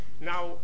Now